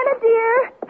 dear